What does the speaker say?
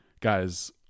guys